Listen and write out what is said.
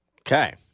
okay